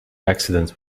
accidents